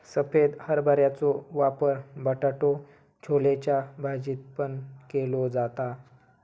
सफेद हरभऱ्याचो वापर बटाटो छोलेच्या भाजीत पण केलो जाता